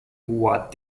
what